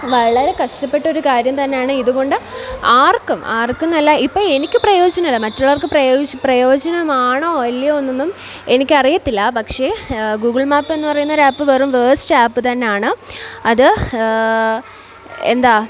വളരെ കഷ്ടപ്പെട്ട ഒരു കാര്യം തന്നെയാണ് ഇതുകൊണ്ട് ആർക്കും ആർക്കും എന്നല്ല ഇപ്പം എനിക്ക് പ്രയോജനമില്ല മറ്റുള്ളവർക്ക് പ്രയോജനം പ്രയോജനമാണോ അല്ലയോ എന്നൊന്നും എനിക്ക് അറിയത്തില്ല പക്ഷേ ഗൂഗിൾ മാപ്പെന്ന് പറയുന്ന ഒരു ആപ്പ് വെറും വേസ്റ്റ് ആപ്പ് തന്നെയാണ് അത് എന്താണ്